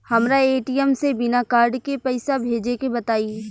हमरा ए.टी.एम से बिना कार्ड के पईसा भेजे के बताई?